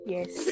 Yes